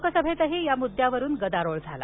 लोकसभेतही या मुद्यावरुन गदारोळ झाला